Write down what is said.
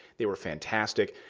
they were fantastic.